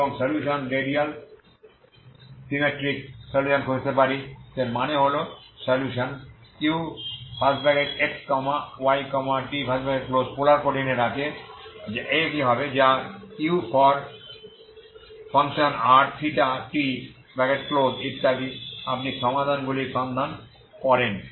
এবং solution radial symmetric solution খুঁজতে পারি যার মানে হল solution u x y t polar কোঅর্ডিনেটে আছে এই হবে u r θ t আপনি সমাধানগুলি সন্ধান করেন